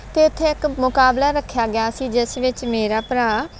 ਅਤੇ ਇੱਥੇ ਇੱਕ ਮੁਕਾਬਲਾ ਰੱਖਿਆ ਗਿਆ ਸੀ ਜਿਸ ਵਿੱਚ ਮੇਰਾ ਭਰਾ